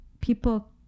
people